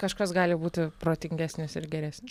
kažkas gali būti protingesnis ir geresnis